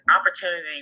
opportunity